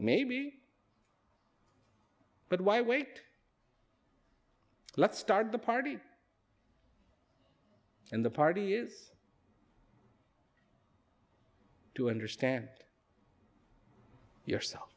maybe but why wait let's start the party and the party years to understand yourself